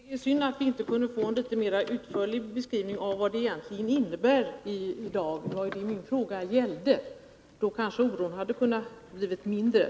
Herr talman! Det är synd att vi inte i dag har kunnat få en utförligare Om utbyggnaden beskrivning av vad devalveringen innebär för bostadskostnaderna — det var av närradion detta som min fråga gällde. Då kanske oron kunde ha minskat.